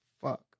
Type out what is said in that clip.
fuck